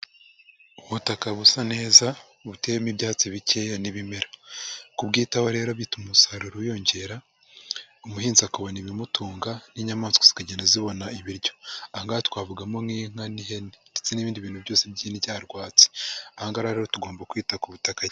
Ubutaka busa neza buteyemo ibyatsi bikeya n'ibimera kubwitaho rero bituma umusaruro wiyongera umuhinzi akabona ibimutunga n'inyamaswa zikagenda zibona ibiryo aha ngaha twavugamo nk'inka n'ihene ndetse n'ibindi bintu byose by'indyarwatsi aha ngaha rero tugomba kwita ku butaka.